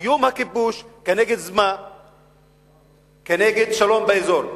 סיום הכיבוש כנגד שלום באזור.